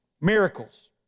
miracles